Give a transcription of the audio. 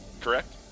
correct